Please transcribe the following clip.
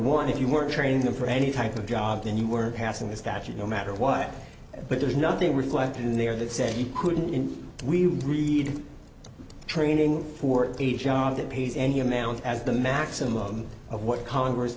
one if you were training them for any type of job then you were passing the statue no matter what but there's nothing reflected in there that said you couldn't when we read training for a job that pays any amount as the maximum of what congress